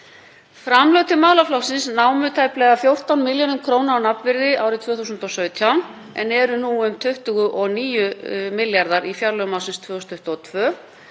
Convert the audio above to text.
Framlög til málaflokksins námu tæpum 14 milljörðum kr. á nafnvirði árið 2017 en eru nú um 29 milljarðar í fjárlögum ársins 2022